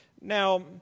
Now